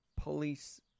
police